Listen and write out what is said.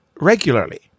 regularly